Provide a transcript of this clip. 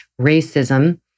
racism